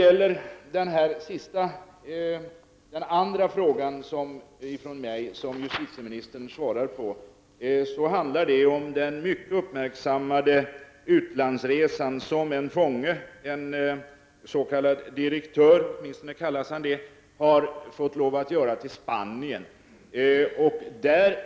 Min andra fråga till justitieministern handlar om den mycket uppmärksammade utlandsresan som en fånge, en s.k. direktör, har fått lov att göra till Spanien.